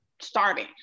starving